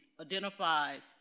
identifies